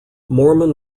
mormon